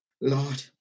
Lord